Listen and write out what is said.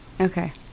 okay